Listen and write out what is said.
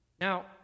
Now